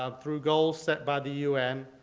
um through goals set by the un,